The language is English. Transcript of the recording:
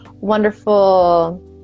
wonderful